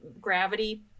gravity